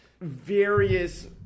various